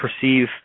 perceive